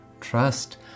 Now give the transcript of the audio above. Trust